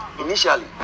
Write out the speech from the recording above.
Initially